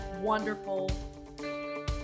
wonderful